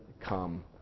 come